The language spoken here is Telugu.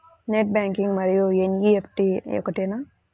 నెట్ బ్యాంకింగ్ మరియు ఎన్.ఈ.ఎఫ్.టీ ఒకటేనా?